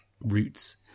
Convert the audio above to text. roots